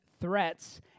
threats